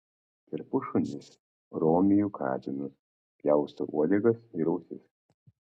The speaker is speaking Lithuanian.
kerpu šunis romiju katinus pjaustau uodegas ir ausis